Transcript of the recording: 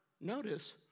notice